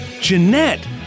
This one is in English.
Jeanette